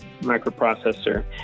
microprocessor